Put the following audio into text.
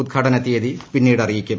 ഉദ്ഘാടന തീയതി പിന്നീട് അറിയിക്കും